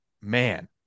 man